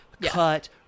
cut